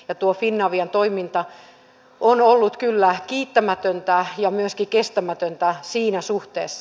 ja tuo finavian toiminta on ollut kyllä kiittämätöntä ja myöskin kestämätöntä siinä suhteessa